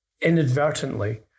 inadvertently